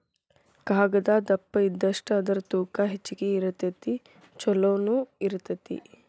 ಕಾಗದಾ ದಪ್ಪ ಇದ್ದಷ್ಟ ಅದರ ತೂಕಾ ಹೆಚಗಿ ಇರತತಿ ಚುಲೊನು ಇರತತಿ